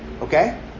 Okay